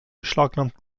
beschlagnahmt